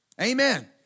Amen